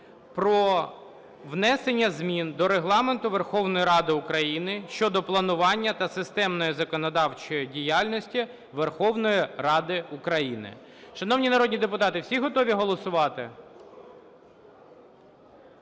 про внесення змін до Регламенту Верховної Ради України щодо планування та системної законодавчої діяльності Верховної Ради України. Шановні народні депутати, всі готові голосувати?